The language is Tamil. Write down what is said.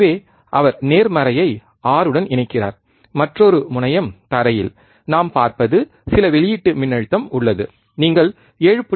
எனவே அவர் நேர்மறையை 6 உடன் இணைக்கிறார் மற்றொரு முனையம் தரையில் நாம் பார்ப்பது சில வெளியீட்டு மின்னழுத்தம் உள்ளது நீங்கள் 7